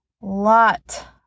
lot